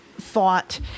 thought